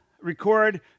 record